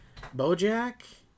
BoJack